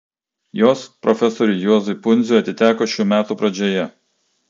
jos profesoriui juozui pundziui atiteko šių metų pradžioje